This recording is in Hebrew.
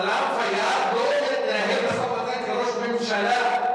סלאם פיאד לא מנהל משא-ומתן כראש ממשלה.